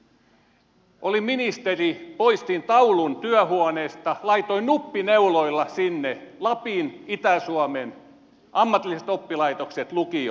kun olin ministeri poistin taulun työhuoneesta laitoin nuppineuloilla sinne lapin itä suomen ammatilliset oppilaitokset lukiot